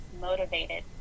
motivated